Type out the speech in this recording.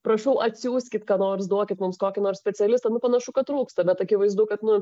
prašau atsiųskit ką nors duokit mums kokį nors specialistą nu panašu kad trūksta bet akivaizdu kad nu